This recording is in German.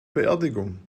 beerdigung